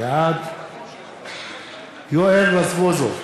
בעד יואל רזבוזוב,